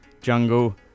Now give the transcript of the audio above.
jungle